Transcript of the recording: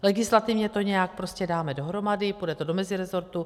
Legislativně to nějak prostě dáme dohromady, půjde to do meziresortu.